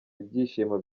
ibyishimo